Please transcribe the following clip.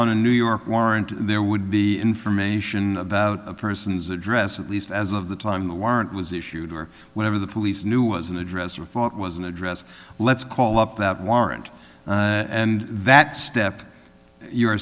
on a new york warrant there would be information about a person's address at least as of the time the warrant was issued or whenever the police knew was an address or thought was an address let's call up that warrant and that step you're